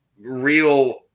real